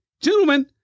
Gentlemen